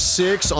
six